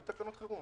היו תקנות חירום.